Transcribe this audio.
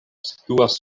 situas